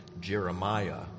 Jeremiah